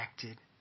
connected